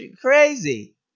crazy